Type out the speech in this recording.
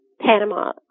Panama